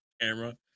camera